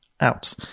out